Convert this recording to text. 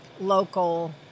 local